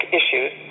issues